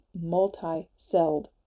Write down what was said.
multi-celled